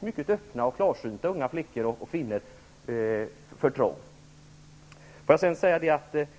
mycket öppna och klarsynta flickor och unga kvinnor uppfattar värderingarna som för trånga.